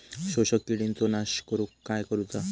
शोषक किडींचो नाश करूक काय करुचा?